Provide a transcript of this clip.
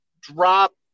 drop